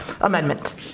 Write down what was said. amendment